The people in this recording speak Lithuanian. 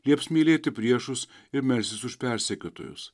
lieps mylėti priešus ir melstis už persekiotojus